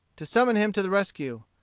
to summon him to the rescue.